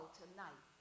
tonight